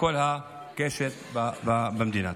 מכל הקשת במדינה.